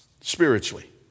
spiritually